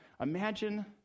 Imagine